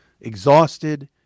exhausted